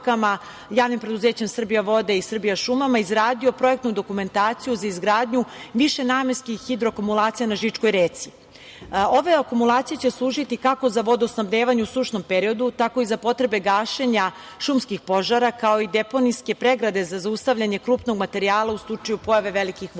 javnim preduzećem „Srbijavode“ i „Srbijašume“ izradio projektnu dokumentaciju za izgradnju višenamenskih hidroakumulacija na Žičkoj reci. Ove akumulacije će služiti kako za vodosnabdevanje u sušnom periodu, tako i za potrebe gašenja šumskih požara, kao i deponijske pregrade za zaustavljanje krupnog materijala u slučaju pojave velikih voda. Upravo